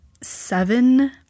seven